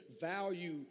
value